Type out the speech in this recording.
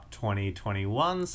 2021